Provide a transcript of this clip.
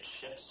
Ships